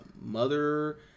mother